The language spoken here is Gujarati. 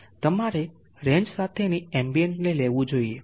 તમારે રેંજ સાથેની એમ્બિયન્ટ ને લેવું જોઈએ